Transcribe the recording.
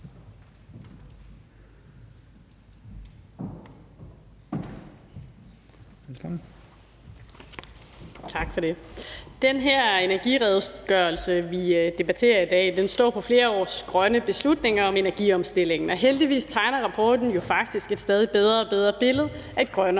Tak for det. Den her energiredegørelse, vi debatterer i dag, står oven på flere års grønne beslutninger om energiomstillingen, og heldigvis tegner rapporten jo faktisk et stadig bedre og bedre billede af et grønnere